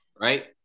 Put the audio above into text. right